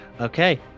Okay